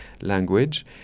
language